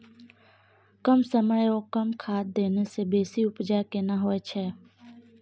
कम समय ओ कम खाद देने से बेसी उपजा केना होय छै?